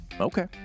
Okay